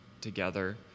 together